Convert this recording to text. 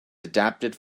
adapted